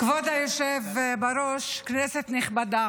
כבוד היושב בראש, מההתחלה בבקשה.